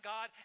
God